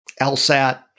LSAT